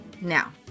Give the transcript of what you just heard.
Now